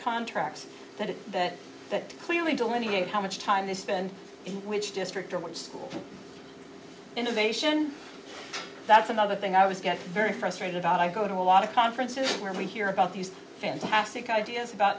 contracts that that that clearly delineate how much time they spend in which district or which school innovation that's another thing i was getting very frustrated about i go to a lot of conferences where we hear about these fantastic ideas about